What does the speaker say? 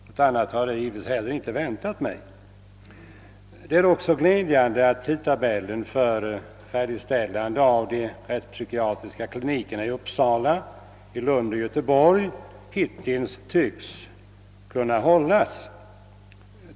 Något annat hade jag givetvis inte väntat. Det är också glädjande att tidtabellen för färdigställande av de rättspsykiatriska klinikerna i Uppsala, Lund och Göteborg tycks kunna hållas.